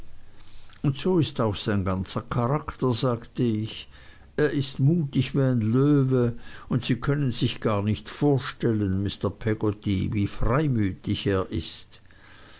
ja so ist auch sein ganzer charakter sagte ich er ist mutig wie ein löwe und sie können sich gar nicht vorstellen mr peggotty wie freimütig er ist